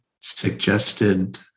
suggested